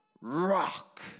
rock